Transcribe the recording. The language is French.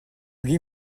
lui